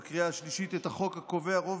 בקריאה השלישית את החוק הקובע רוב